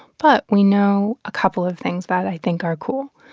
but we know a couple of things that i think are cool.